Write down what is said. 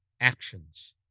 actions